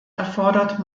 erfordert